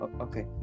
okay